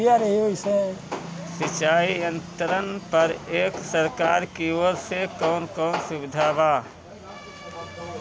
सिंचाई यंत्रन पर एक सरकार की ओर से कवन कवन सुविधा बा?